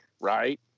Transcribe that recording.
right